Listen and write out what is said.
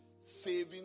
saving